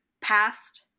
past